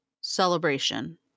Celebration